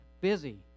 busy